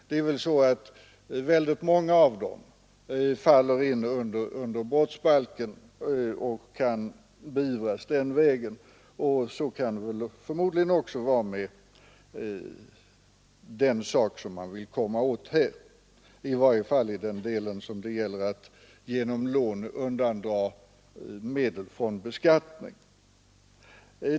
Det är väl så att många av dem faller under brottsbalken och kan beivras den vägen. Så kan det förmodligen också vara med den sak som man vill komma åt här — i varje fall i den del där det gäller att genom lån undandra medel från beskattning.